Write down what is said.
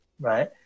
right